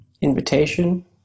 invitation